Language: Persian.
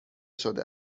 شده